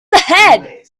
ahead